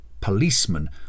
policeman